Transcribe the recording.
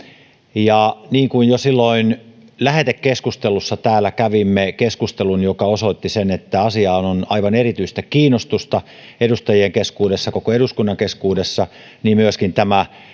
niin kuin jo silloin lähetekeskustelussa kävimme täällä keskustelun joka osoitti sen että asiaan on aivan erityistä kiinnostusta edustajien keskuudessa koko eduskunnan keskuudessa niin myöskin